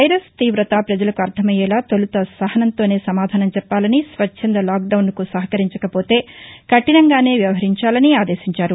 virus తీవత ప్రజలకు అర్ణమయ్యేలా తొలుత సహనంతోనే సమాధానం చెప్పాలని స్వచ్చంద లాక్డౌన్కు సహకరించకపోతే కఠినంగానే వ్యవహరించాలని ఆదేశించారు